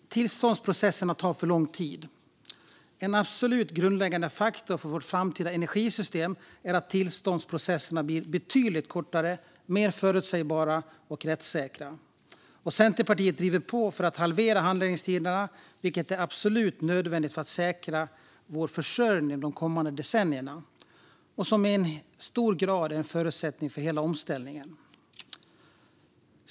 Tillståndsprocesserna tar för lång tid. En absolut grundläggande faktor för vårt framtida energisystem är att tillståndsprocesserna blir betydligt kortare, mer förutsägbara och mer rättssäkra. Centerpartiet driver på för att halvera handläggningstiderna, vilket är absolut nödvändigt för att säkra vår försörjning de kommande decennierna och i hög grad en förutsättning för hela omställningen.